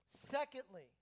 Secondly